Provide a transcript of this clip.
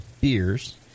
beers